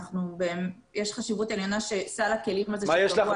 ויש חשיבות עליונה שסל הכלים הזה יעמוד לרשותנו.